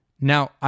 Now